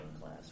class